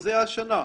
שזה השנה,